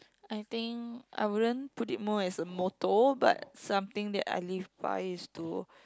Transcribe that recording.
I think I wouldn't put it more as a motto but something that I live by is to